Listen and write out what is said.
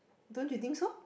don't you think so